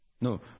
No